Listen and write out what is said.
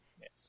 Yes